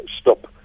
stop